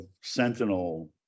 sentinel